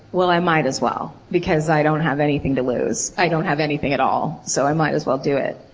well i might as well. because i don't have anything to lose. i don't have anything at all, so i might as well do it.